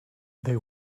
they